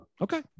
Okay